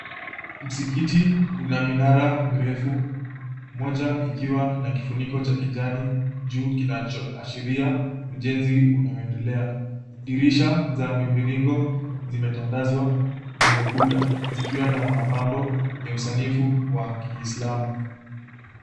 Msikiti una minara mirefu. Moja ikiwa na kifuniko cha kijani juu kinachoashiria ujenzi unao endelea. Dirisha za miviringo zimetandazwa kwenye ukuta zikiwa na mapambo ya usanifu wa Kiislamu.